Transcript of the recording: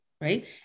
Right